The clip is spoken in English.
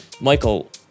Michael